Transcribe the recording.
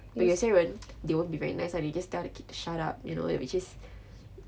but 有些人 they won't be very nice lah they just tell the kid to shut up you know which is